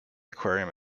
aquarium